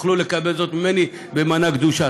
תוכלו לקבל זאת ממני במנה גדושה.